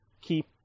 keep